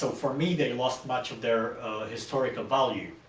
so for me, they lost much of their historical value.